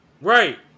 Right